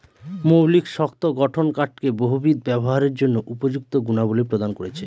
মৌলিক শক্ত গঠন কাঠকে বহুবিধ ব্যবহারের জন্য উপযুক্ত গুণাবলী প্রদান করেছে